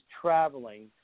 traveling